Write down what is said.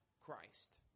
Christ